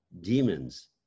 demons